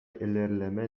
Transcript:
ilerleme